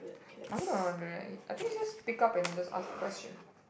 I also don't know how to do that I think just pick up and just ask the question